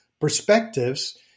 perspectives